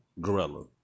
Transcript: Gorilla